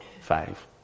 five